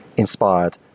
Inspired